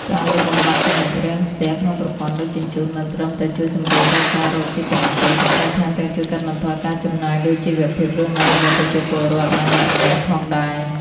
ការលុបបំបាត់ ចំណុចរាំងស្ទះ ក្នុងប្រព័ន្ធដឹកជញ្ជូន មិនត្រឹមតែជួយសម្រួលដល់ការរកស៊ីប៉ុណ្ណោះទេ ប៉ុន្តែថែមទាំងជួយកាត់បន្ថយការចំណាយលើជីវភាពរស់នៅរបស់ប្រជាពលរដ្ឋម្នាក់ៗផងដែរ។